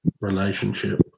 relationship